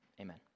Amen